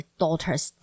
daughter's